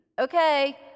Okay